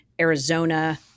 Arizona